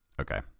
Okay